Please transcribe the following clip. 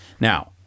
now